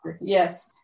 yes